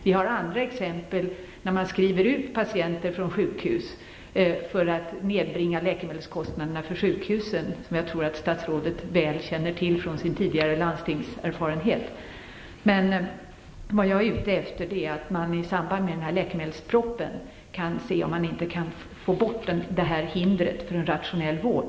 Det finns andra exempel där man skriver ut patienter från sjukhus för att nedbringa läkemedelskostnader för sjukhuset, som statsrådet säkert väl känner till från sin tidigare landstingserfarenhet. Vad jag är ute efter är alltså att man i samband med läkemedelspropositionen försöker få bort det här hindret för rationell vård.